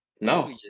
No